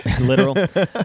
Literal